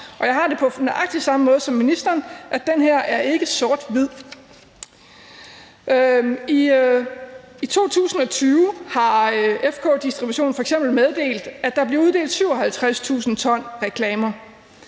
om. Jeg har det på nøjagtig samme måde som ministeren, nemlig at den her ikke er sort-hvid. I 2020 har FK Distribution f.eks. meddelt, at der bliver uddelt 57.000 t reklamer,